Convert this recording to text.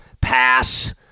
pass